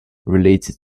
related